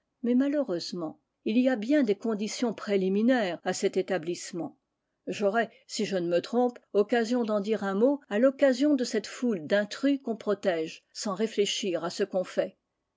mais malheureusement il y a bien des conditions préliminaires à cet établissement j'aurai si je ne me trompe occasion d'en dire un mot à l'occasion de cette foule d'intrus qu'on protège sans réfléchir à ce qu'on fait